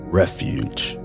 refuge